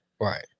Right